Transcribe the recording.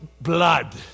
blood